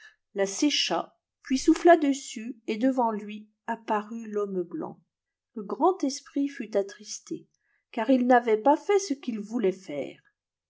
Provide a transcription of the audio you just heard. la sécha puis souffla dessus et devant lui apparut l'homme blanc le grand esprit fut attristé car il n'avait pas fait ce qu'il voulait faire